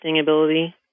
ability